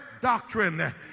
doctrine